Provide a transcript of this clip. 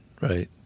Right